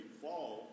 fall